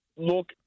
Look